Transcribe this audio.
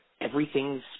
everything's